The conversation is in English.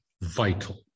vital